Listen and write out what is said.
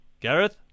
Gareth